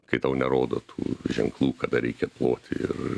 kai tau nerodo tų ženklų kada reikia ploti ir